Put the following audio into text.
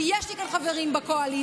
ויש לי כאן חברים בקואליציה,